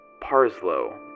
Parslow